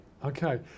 Okay